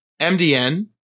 MDN